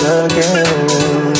again